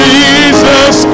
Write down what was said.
Jesus